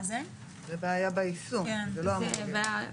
זאת בעיה ביישום, זה לא אמור להיות.